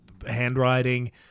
handwriting